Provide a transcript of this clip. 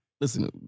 Listen